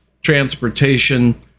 transportation